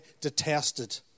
detested